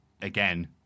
again